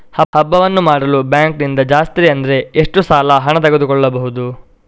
ಹಬ್ಬವನ್ನು ಮಾಡಲು ಬ್ಯಾಂಕ್ ನಿಂದ ಜಾಸ್ತಿ ಅಂದ್ರೆ ಎಷ್ಟು ಸಾಲ ಹಣ ತೆಗೆದುಕೊಳ್ಳಬಹುದು?